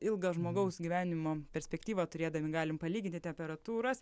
ilgą žmogaus gyvenimo perspektyvą turėdami galim palyginti temperatūras